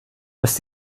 dass